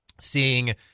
seeing